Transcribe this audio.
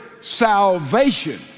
salvation